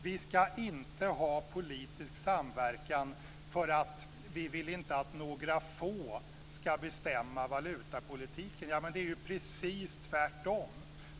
Vi ska inte ha politisk samverkan för vi vill inte att några få ska bestämma valutapolitiken. Det är precis tvärtom.